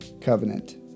covenant